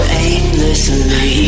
aimlessly